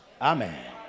Amen